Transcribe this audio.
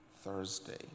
Thursday